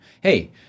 Hey